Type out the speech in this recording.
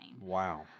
Wow